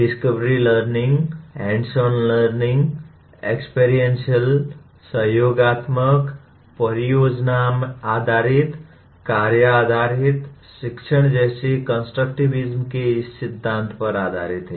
discovery learning hands on learning experiential सहयोगात्मक परियोजना आधारित कार्य आधारित शिक्षण जैसी कंस्ट्रक्टिविज़्म के इस सिद्धांत पर आधारित हैं